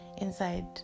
inside